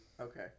Okay